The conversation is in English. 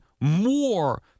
more